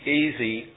easy